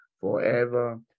forever